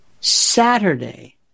Saturday